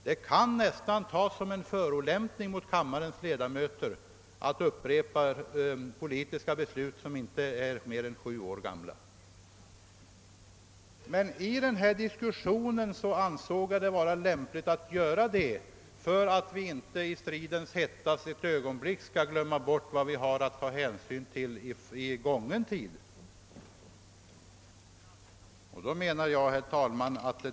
Det kan ju nästan uppfattas som en förolämpning mot kammarens ledamöter att upprepa politiska beslut som inte är mer än sju år gamla. Jag antog emellertid att det var lämpligt att göra det i denna diskussion för att vi inte för ett ögonblick i stridens hetta skulle glömma bort vad som beslutats i gången tid.